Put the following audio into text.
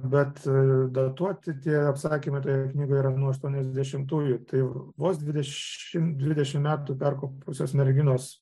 bet datuoti tie apsakymai knyga yra nuo aštuoniasdešimtųjų tai vos dvidešimt dvidešimt metų perkopusios merginos